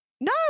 No